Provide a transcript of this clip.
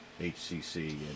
HCC